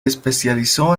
especializó